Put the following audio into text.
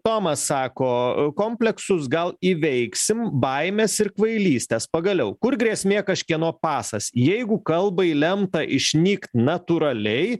tomas sako kompleksus gal įveiksim baimes ir kvailystes pagaliau kur grėsmė kažkieno pasas jeigu kalbai lemta išnykt natūraliai